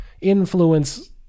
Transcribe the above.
influence